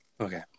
Okay